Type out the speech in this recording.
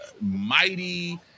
mighty